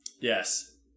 Yes